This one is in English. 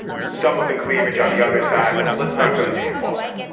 some of the cleavage on the other side was let's not go too far.